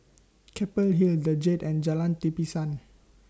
Keppel Hill The Jade and Jalan Tapisan